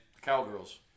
Cowgirls